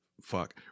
Fuck